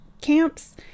camps